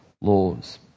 laws